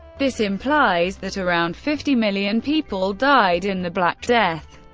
this implies that around fifty million people died in the black death.